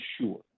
sure